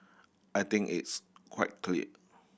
I think it's quite clear